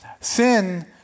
Sin